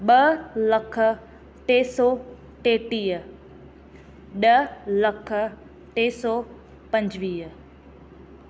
ॿ लख टे सौ टेटीह ॾह लख टे सौ पंजिवीह